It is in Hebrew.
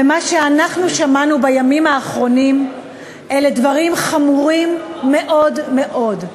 ומה שאנחנו שמענו בימים האחרונים אלה דברים חמורים מאוד מאוד.